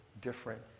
different